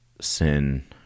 sin